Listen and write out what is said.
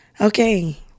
Okay